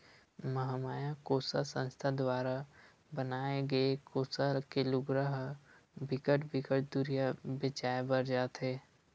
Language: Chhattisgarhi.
महमाया कोसा संस्था दुवारा बनाए गे कोसा के लुगरा ह बिकट बिकट दुरिहा बेचाय बर जाथे